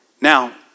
Now